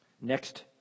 Next